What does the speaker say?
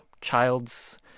Childs